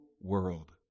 world